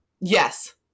Yes